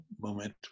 moment